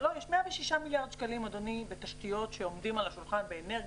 יש 106 מיליארד שקלים שעומדים על השולחן באנרגיה,